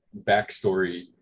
backstory